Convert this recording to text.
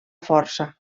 força